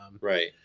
right